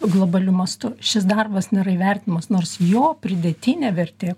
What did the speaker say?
globaliu mastu šis darbas nėra įvertinamas nors jo pridėtinė vertė